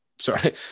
sorry